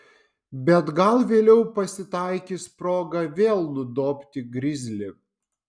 bet gal vėliau pasitaikys proga vėl nudobti grizlį